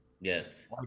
Yes